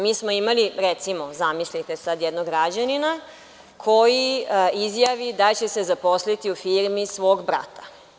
Mi smo imali, recimo, zamislite sada jednog građanina, koji izjavi da će se zaposliti u firmi svog brata.